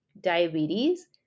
diabetes